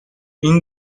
این